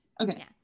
okay